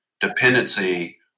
dependency